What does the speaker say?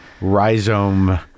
rhizome